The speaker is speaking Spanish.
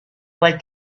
cual